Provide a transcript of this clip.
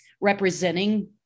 representing